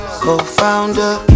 co-founder